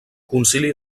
concili